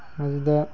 ꯃꯗꯨꯗ